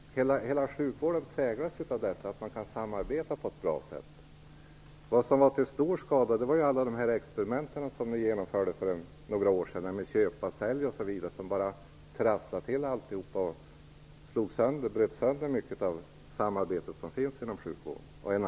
Hela sjukvården präglas av att man kan samarbeta på ett bra sätt. Vad som var till stor skada var alla experiment som ni genomförde för några år sedan, bl.a. detta med köpoch-sälj som bara trasslade till det och bröt sönder mycket av det naturliga samarbete som fanns inom sjukvården.